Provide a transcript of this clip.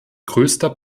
größter